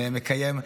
נאה מקיים,